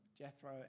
Jethro